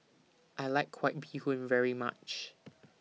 I like White Bee Hoon very much